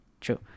True